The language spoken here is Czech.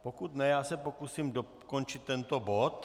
Pokud ne, já se pokusím dokončit tento bod.